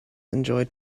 enjoy